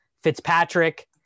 fitzpatrick